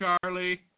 Charlie